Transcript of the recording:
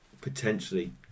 potentially